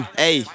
hey